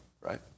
right